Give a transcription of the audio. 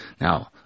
Now